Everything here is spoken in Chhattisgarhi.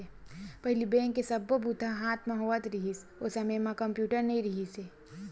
पहिली बेंक के सब्बो बूता ह हाथ म होवत रिहिस, ओ समे म कम्प्यूटर नइ रिहिस हे